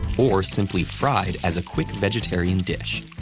or simply fried as a quick vegetarian dish.